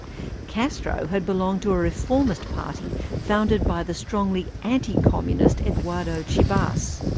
castro had belonged to a reformist party founded by the strongly anti-communist eduardo chibas.